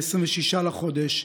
26 בחודש,